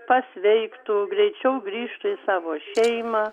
pasveiktų greičiau grįžtų į savo šeimą